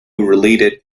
related